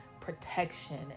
protection